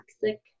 toxic